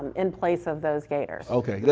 in place of those gaiters. okay, yeah